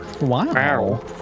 Wow